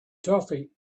toffee